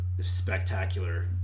spectacular